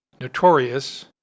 Notorious